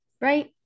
right